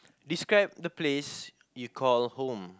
describe the place you call home